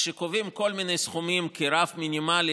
כשקובעים כל מיני סכומים כרף מינימלי